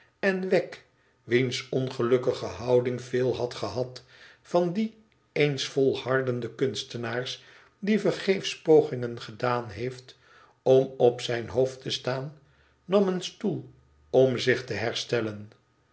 en wegg wiens ongelukkige houding veel had gehad van die eens volhardenden kunstenaars die vergeefsche pogingen gedaan heeft om op zijn hoofd te staan nam een stoel om zich te herstellen